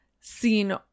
seen